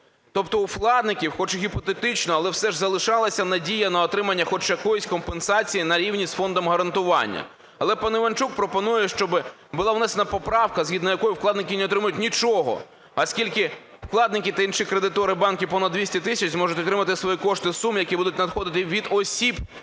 Тобто у вкладників, хоч і гіпотетично, але ж все залишалося надія на отримання хоч якоїсь компенсації на рівні з Фондом гарантування. Але пан Іванчук пропонує, щоб була внесена поправка, згідно якої вкладники не отримають нічого, оскільки вкладники та інші кредитори банків понад 200 тисяч, зможуть отримати свої кошти в сумі, які будуть надходити від осіб,